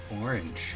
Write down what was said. orange